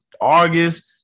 August